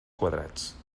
quadrats